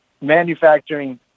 manufacturing